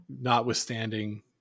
notwithstanding